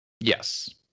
Yes